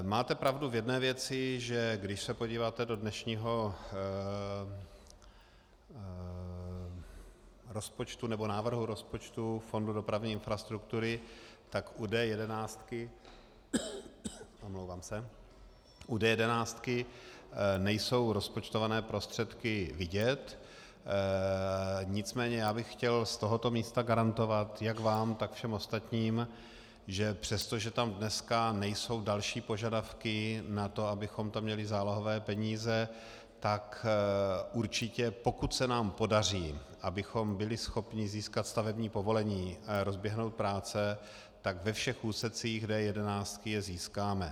Máte pravdu v jedné věci, že když se podíváte do dnešního návrhu rozpočtu fondu dopravní infrastruktury, tak u D11 nejsou rozpočtované prostředky vidět, nicméně bych chtěl z tohoto místa garantovat jak vám, tak všem ostatním, že přestože tam dneska nejsou další požadavky na to, abychom tam měli zálohové peníze, tak určitě pokud se nám podaří, abychom byli schopni získat stavební povolení a rozběhnout práce, tak ve všech úsecích D11 je získáme.